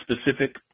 specific